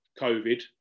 COVID